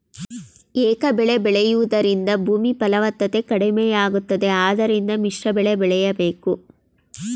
ಏಕಬೆಳೆ ಬೆಳೆಯೂದರಿಂದ ಭೂಮಿ ಫಲವತ್ತತೆ ಕಡಿಮೆಯಾಗುತ್ತದೆ ಆದ್ದರಿಂದ ಮಿಶ್ರಬೆಳೆ ಬೆಳೆಯಬೇಕು